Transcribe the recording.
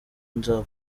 nza